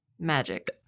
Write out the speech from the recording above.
Magic